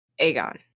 Aegon